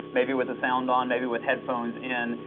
maybe with the sound on, maybe with headphones in,